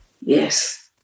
Yes